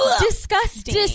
Disgusting